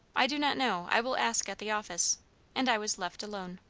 i do not know. i will ask at the office and i was left alone.